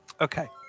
Okay